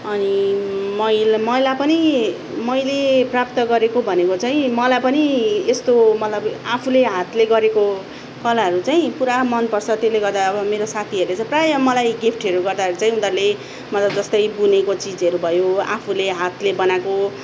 अनि मैल् मलाई पनि मैले प्राप्त गरेको भनेको चाहिँ मलाई पनि यस्तो मतलब आफूले हातले गरेको कलाहरू चाहिँ पुरा मन पर्छ त्यसले गर्दा अब मेरो साथीहरूले चाहिँ प्रायः मलाई गिफ्टहरू गर्दा चाहिँ उनीहरूले मलाई जस्तै बुनेको चिजहरू भयो आफूले हातले बनाएको